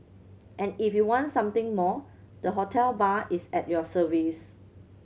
and if you want something more the hotel bar is at your service